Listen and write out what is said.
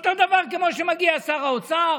אותו הדבר כמו שמגיע שר האוצר